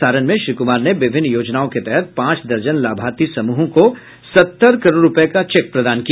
सारण में श्री कुमार ने विभिन्न योजनाओं के तहत पांच दर्जन लाभार्थी समूहों को सत्तर करोड़ रुपये का चेक प्रदान किया